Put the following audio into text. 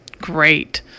great